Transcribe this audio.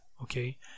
Okay